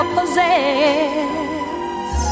Possess